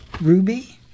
Ruby